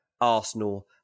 Arsenal